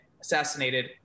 assassinated